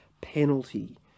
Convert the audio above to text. penalty